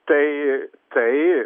tai tai